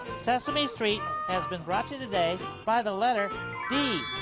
sesame street has been brought to you today by the letter d,